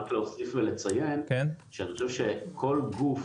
אני רוצה רק לחזור ולציין שאני חושב שכל גוף